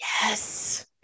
yes